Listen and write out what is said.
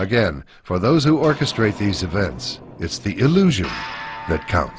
again for those who orchestrate these events it's the illusion that counts